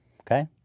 Okay